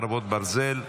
חרבות ברזל)